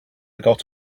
got